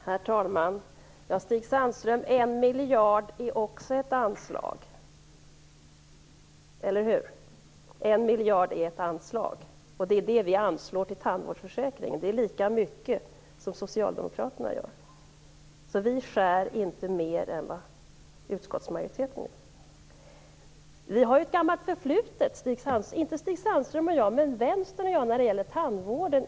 Herr talman! 1 miljard är också ett anslag, eller hur, Stig Sandström? Det är vad vi anslår till tandvårdsförsäkringen, och det är lika mycket som Socialdemokraterna gör. Vi skär alltså inte mer än utskottsmajoriteten. Vänstern - dock inte Stig Sandström - och jag har ett förflutet när det gäller tandvården.